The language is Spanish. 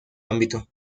ámbito